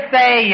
say